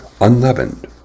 unleavened